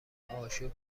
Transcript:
آشوب